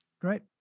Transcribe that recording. Great